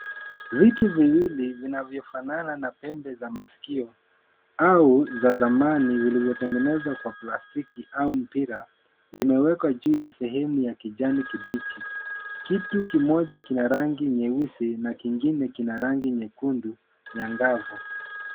Vitu viwili vinavyofanana na pembe za masikio au za thamani vilivyotengenezwa kwa plastiki au mpira, vimewekwa juu ya sehemu ya kijani kibichi. Kitu kimoja kina rangi nyeusi na kingine kina rangi nyekundu angavu.